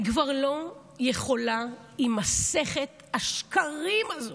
אני כבר לא יכולה עם מסכת השקרים הזאת,